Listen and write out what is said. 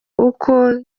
uko